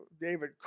David